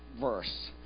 verse